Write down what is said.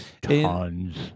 tons